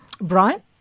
Brian